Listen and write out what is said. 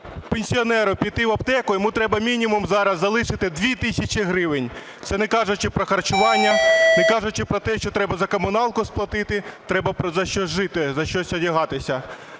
пенсіонеру піти в аптеку, йому треба мінімум зараз залишити 2 тисячі гривень, це не кажучи про харчування, не кажучи про те, що треба за "комуналку" сплатити, треба за щось жити, за щось одягатися.